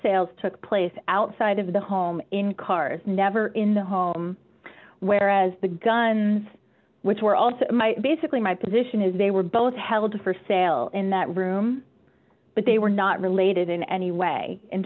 sales took place outside of the home in cars never in the home where as the guns which were also my basically my position is they were both held for sale in that room but they were not related in any way in